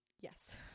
Yes